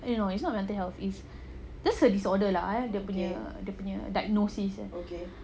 you know it's not mental health is just the disorder lah eh dia punya diagnosis ya